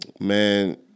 man